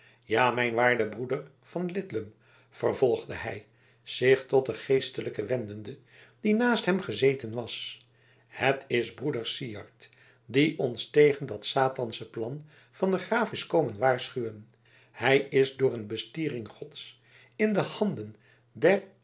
ja mijn waarde broeder van lidlum vervolgde hij zich tot den geestelijke wendende die naast hem gezeten was het is broeder syard die ons tegen dat satansche plan van den graaf is komen waarschuwen hij is door een bestiering gods in de handen